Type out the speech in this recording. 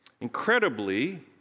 Incredibly